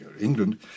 England